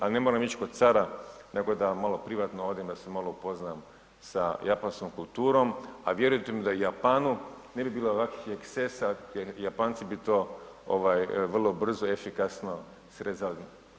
Ali ne moram ići kod cara nego da malo privatno odem, da se malo upoznam sa japanskom kulturom, a vjerujte mi da u Japanu ne bi bilo ovakvih ekscesa jer Japanci bi to vrlo brzo i efikasno srezali.